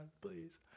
please